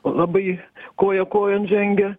labai koja kojon žengia